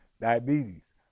diabetes